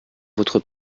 votre